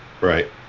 Right